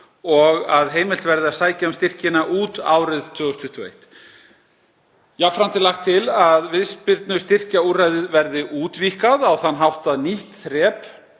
og að heimilt verði að sækja um styrkina út árið 2021. Jafnframt er lagt til að viðspyrnustyrkjaúrræðið verði útvíkkað á þann hátt að nýtt þrep